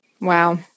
Wow